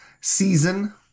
season